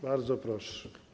Bardzo proszę.